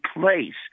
place